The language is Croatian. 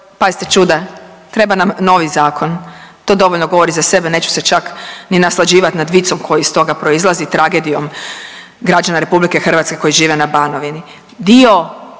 pazite čuda, treba nam novi zakon. To dovoljno govori za sebe neću se čak ni naslađivati nad vicom koji iz toga proizlazi, tragedijom građana RH koji žive na Banovini.